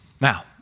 Now